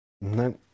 No